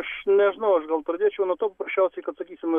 aš nežinau aš gal pradėčiau nuo to paprasčiausiai sakysim